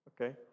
okay